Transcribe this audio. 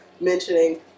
mentioning